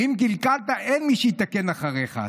אם קלקלת, אין מי שיתקן אחריך.